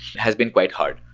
has been quite hard.